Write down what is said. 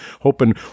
hoping